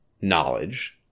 knowledge